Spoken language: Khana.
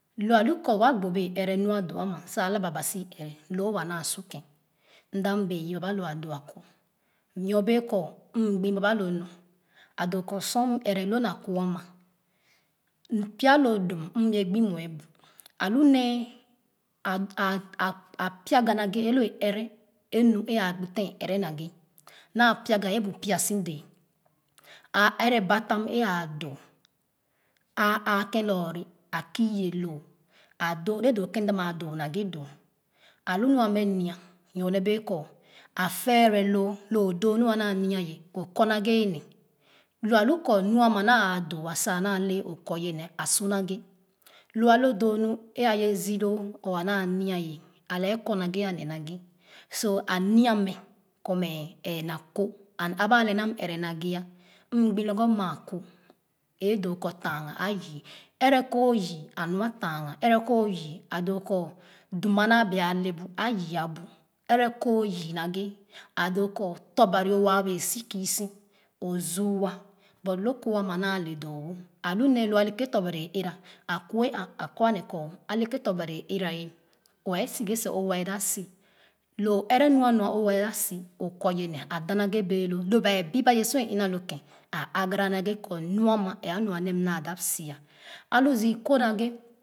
Lo alu kor wa gbo be ɛrɛ nu a doo ama sa alaba ba sii ɛrɛ loo wa naa su kèn m da m bee yii baba loo a doo ko myo bee kor m gbe baba lo nu a doo kor sur ɛrɛ lo na ko ama pya lo dum m yie gbo mue bu alu nee a ca a piaga naghe loo e ɛrɛ nu é aa gbo tèn ẽ ɛrɛ nagbe naa piega é bu pia si dee a ɛra batam é ãã doo a ããkèn lɔɔre a kü ye lar doo ne dpo kèn mda maa doo naghe doo alu nua mɛ nwa nyone bee kor a fɛɛrɛloo. Loo doo mu a naa nwa ye o kor naghɛ ne lu alu kor nu ama naa aa doo sa a doo lɛɛ sa o kor ye a sa naghe. Lo alo doo nu e aye si loo or a naa nwa ye a lɛɛ é kornaghe ake so a nya mɛ kor mɛ ɛɛ naa ko. Aba alɛɛ naa ɛrɛ naghe m gbo lorgor maa ko a doo kor tanga a yü. Erɛ ko yü a nua tanga ɛrɛ ko yü a doo kor dum a naa bee le bu a yü abu ɛrɛ ko o yü nagha a doo ko tɔ̄ bari waa wɛɛ si kü so o zuuwa but lo ko ama naa le doo wo lu nee lo aleke tɔ̄ bari ɛra a kue a, a kor ane kor aleke tɔ̄ bari era ye wɛɛ so ghe seh or wɛɛ da si loo ɛp nu alu nu alu o dasi o kor ye ne a da naghe bee loo loo ba bü baye sor i na lo ken a aanga ra naghɛ kor mu ma elu mee naa da sia a lo zü ko ma ghe lo alu.